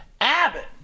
Abbott